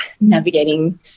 navigating